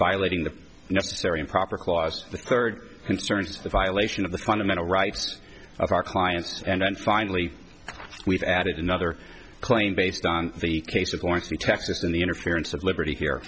violating the necessary improper clause the third concerns the violation of the fundamental rights of our clients and then finally we've added another claim based on the case of going to texas and the interference of liberty here